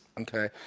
Okay